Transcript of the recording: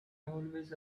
always